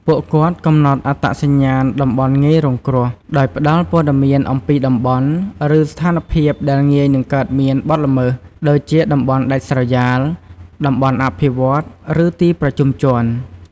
ពួកគាត់កំណត់អត្តសញ្ញាណតំបន់ងាយរងគ្រោះ ដោយផ្ដល់ព័ត៌មានអំពីតំបន់ ឬស្ថានភាពដែលងាយនឹងកើតមានបទល្មើស ដូចជាតំបន់ដាច់ស្រយាល តំបន់អភិវឌ្ឍន៍ ឬទីប្រជុំជន។